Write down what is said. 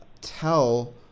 tell